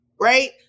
Right